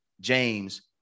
James